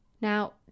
Now